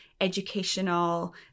educational